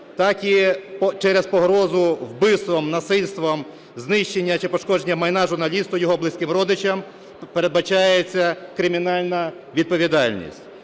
так і через погрозу вбивством, насильством, знищення чи пошкодження майна журналісту, його близьким родичам передбачається кримінальна відповідальність.